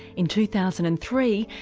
in two thousand and three,